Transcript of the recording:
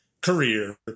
career